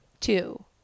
two